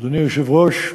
אדוני היושב-ראש,